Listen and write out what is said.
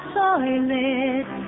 toilet